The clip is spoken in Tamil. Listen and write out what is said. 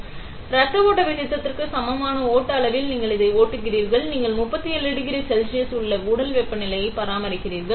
எனவே இரத்த ஓட்ட விகிதத்திற்கு சமமான ஓட்ட விகிதத்தில் நீங்கள் அதை ஓட்டுகிறீர்கள் நீங்கள் 37 டிகிரி செல்சியஸ் உள்ள உடல் வெப்பநிலையை பராமரிக்கிறீர்கள்